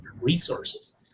resources